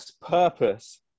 purpose